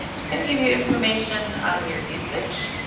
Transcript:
it's going to give you information on your usage,